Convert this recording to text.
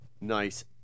Nice